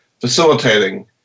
facilitating